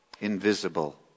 invisible